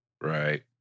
Right